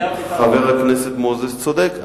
חבר הכנסת מוזס צודק,